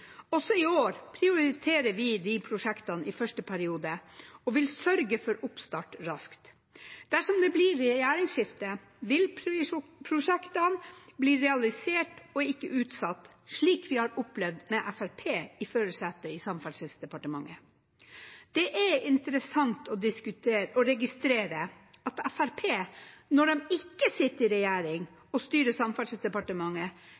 Også i år prioriterer vi disse prosjektene i første periode og vil sørge for oppstart raskt. Dersom det blir regjeringsskifte, vil prosjektene bli realisert, ikke utsatt, slik vi har opplevd med Fremskrittspartiet i førersetet i Samferdselsdepartementet. Det er interessant å registrere at Fremskrittspartiet når de ikke sitter i